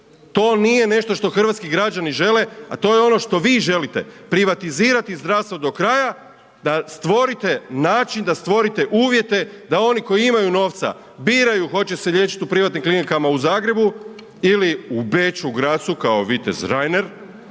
to nije nešto što hrvatski građani žele, a to je ono što vi želite privatizirati zdravstvo do kraja da stvorite način, da stvorite uvjete da oni koji imaju novca biraju hoće se liječiti u privatnim klinikama u Zagrebu ili u Beču, Grazu kao vitez Reiner